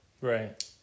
Right